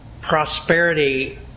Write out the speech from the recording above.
prosperity